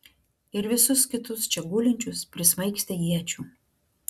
ir visus kitus čia gulinčius prismaigstė iečių